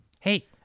Hey